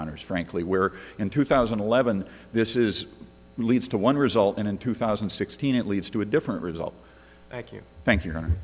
honour's frankly where in two thousand and eleven this is leads to one result and in two thousand and sixteen it leads to a different result thank you thank you